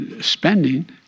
spending